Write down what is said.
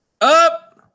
up